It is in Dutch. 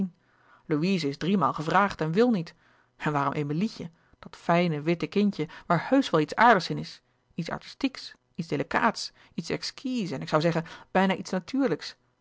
louise is driemaal gevraagd en wil niet en waarom emilietje dat fijne witte kindje waar heusch wel iets aardigs in is iets artistieks iets delicaats iets exquis en ik zoû zeggen bijna iets natuurlijks